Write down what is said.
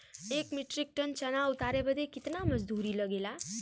एक metric ton चना उतारे बदे कितना मजदूरी लगे ला?